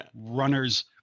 runners